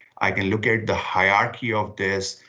i can look at the hierarchy of this,